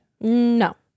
No